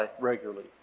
regularly